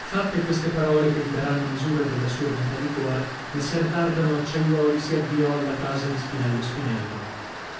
fatte queste parole che vi daranno misura della sua bontà di cuore messer dardano acciaiuoli si avviò alla casa di spinello spinelli